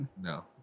no